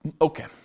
Okay